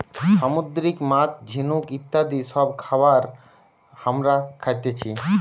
সামুদ্রিক মাছ, ঝিনুক ইত্যাদি সব খাবার হামরা খাতেছি